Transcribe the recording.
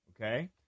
Okay